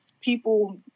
people